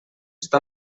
està